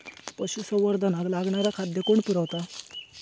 पशुसंवर्धनाक लागणारा खादय कोण पुरयता?